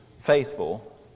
faithful